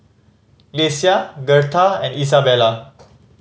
Lesia Gertha and Isabela